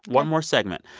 one more segment.